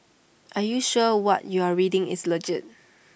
are you sure what you're reading is legit